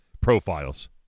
profiles